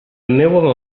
meua